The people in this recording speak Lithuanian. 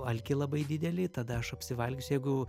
alkį labai didelį tada aš apsivalgiusiu jeigu